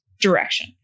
direction